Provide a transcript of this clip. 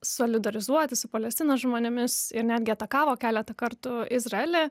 solidarizuotis su palestinos žmonėmis ir netgi atakavo keletą kartų izraelį